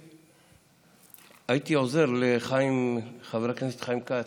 הייתי עוזר לחבר הכנסת חיים כץ,